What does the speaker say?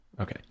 Okay